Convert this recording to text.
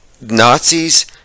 Nazis